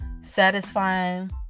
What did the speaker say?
satisfying